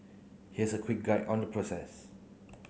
here's a quick guide on the process